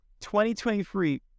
2023